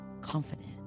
confident